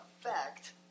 effect